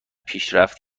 پیشرفت